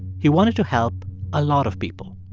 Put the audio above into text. he wanted to help a lot of people.